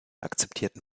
akzeptierten